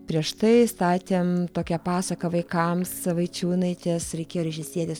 prieš tai statėm tokią pasaką vaikams vaičiūnaitės reikėjo režisieriės kuri